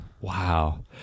Wow